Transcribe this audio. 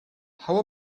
how